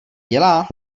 dělá